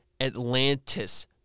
Atlantis